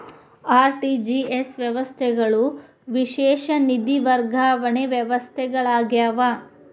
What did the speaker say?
RTGS ವ್ಯವಸ್ಥೆಗಳು ವಿಶೇಷ ನಿಧಿ ವರ್ಗಾವಣೆ ವ್ಯವಸ್ಥೆಗಳಾಗ್ಯಾವ